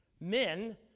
Men